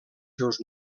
seus